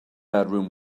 bedroom